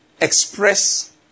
express